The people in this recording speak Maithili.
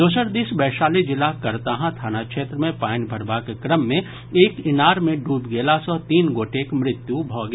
दोसर दिस वैशाली जिलाक करताहां थाना क्षेत्र मे पानि भरबाक क्रम मे एक इनार मे डूबि गेला सँ तीन गोटेक मृत्यु भऽ गेल